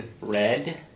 Red